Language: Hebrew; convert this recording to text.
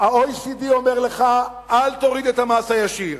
ה-OECD אומר לך: אל תוריד את המס הישיר.